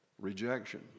rejection